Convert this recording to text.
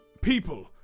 people